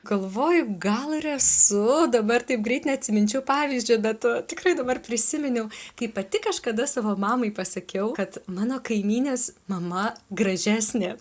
galvoju gal ir esu dabar taip greit neatsiminčiau pavyzdžio bet tikrai dabar prisiminiau kaip pati kažkada savo mamai pasakiau kad mano kaimynės mama gražesnė